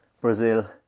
Brazil